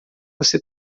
você